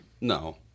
No